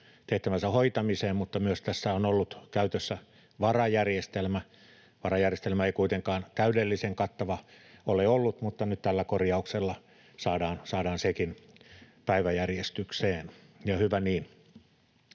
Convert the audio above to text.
tehtävänsä hoitamiseen, mutta myös tässä on ollut käytössä varajärjestelmä. Varajärjestelmä ei kuitenkaan täydellisen kattava ole ollut, mutta nyt tällä korjauksella saadaan sekin päiväjärjestykseen, ja hyvä niin